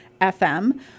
FM